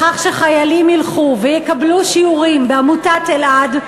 לכך שחיילים ילכו ויקבלו שיעורים בעמותת אלע"ד,